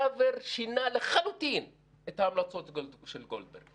פראוור שינה לחלוטין את המלצות ועדת גולדברג.